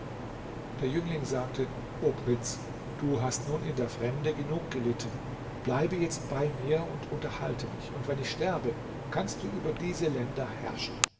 der jüngling sagte o prinz du hast nun in der fremde genug gelitten bleibe jetzt bei mir und unterhalte mich und wenn ich sterbe kannst du über diese länder herrschen